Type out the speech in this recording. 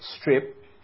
strip